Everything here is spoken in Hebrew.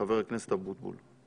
חבר הכנסת אבוטבול.